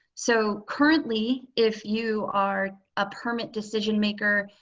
so currently, if you are a permit decision maker